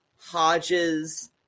Hodges